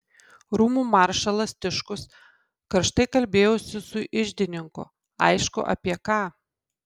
rūmų maršalas tiškus karštai kalbėjosi su iždininku aišku apie ką